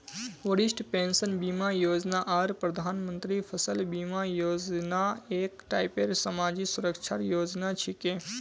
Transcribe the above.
वरिष्ठ पेंशन बीमा योजना आर प्रधानमंत्री फसल बीमा योजना एक टाइपेर समाजी सुरक्षार योजना छिके